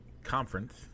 conference